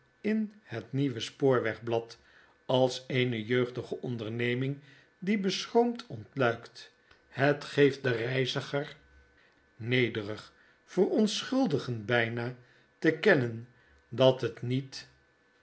in het nieuwe spoorweg blad als eene jeugdige onderneming die beschroomd ontluikt het geeft den reiziger nederig verontschuldigend bijna te kennen dat het niet